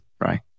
right